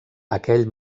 aquell